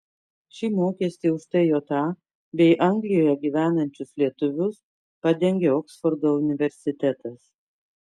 šį mokestį už tja bei anglijoje gyvenančius lietuvius padengė oksfordo universitetas